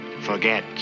forget